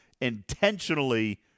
intentionally